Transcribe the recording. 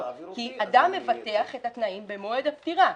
כי אדם מבטח את התנאים במועד הפטירה.